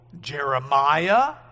Jeremiah